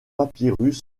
papyrus